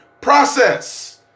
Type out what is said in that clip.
process